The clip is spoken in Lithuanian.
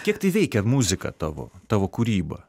kiek tai veikia muzika tavo tavo kūryba